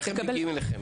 איך מגיעים אליכם?